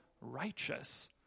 righteous